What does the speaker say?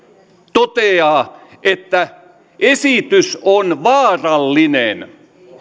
toteaa näin että esitys on vaarallinen